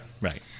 right